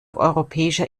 europäischer